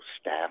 staff